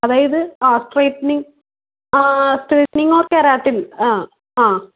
അതായത് half straightening straightening or keratin ആ ആ